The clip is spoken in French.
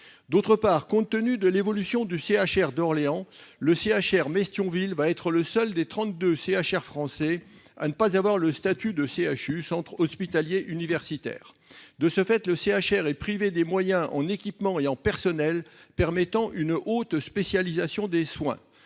ailleurs, compte tenu de l'évolution du CHR d'Orléans, le CHR Metz-Thionville sera le seul des trente-deux CHR français à ne pas avoir le statut de centre hospitalier universitaire (CHU). De ce fait, le CHR est privé des moyens en équipements et en personnels permettant une haute spécialisation des soins.